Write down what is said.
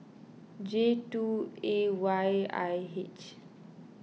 J two A Y I H